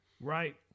Right